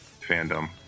fandom